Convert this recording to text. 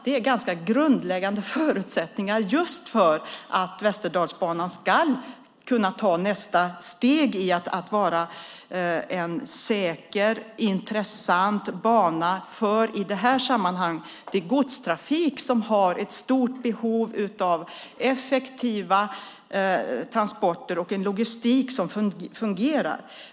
Det är ganska grundläggande förutsättningar just för att Västerdalsbanan ska kunna ta nästa steg i att vara en säker och intressant bana för, i detta sammanhang, godstrafiken som har ett stort behov av effektiva transporter och en logistik som fungerar.